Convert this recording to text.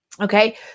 Okay